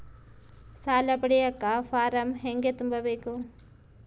ಸಾಲ ಪಡಿಯಕ ಫಾರಂ ಹೆಂಗ ತುಂಬಬೇಕು?